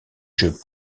jeux